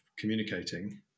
communicating